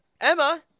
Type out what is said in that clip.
Emma